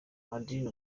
madini